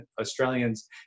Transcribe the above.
Australians